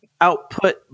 output